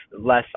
less